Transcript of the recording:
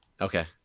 Okay